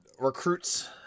recruits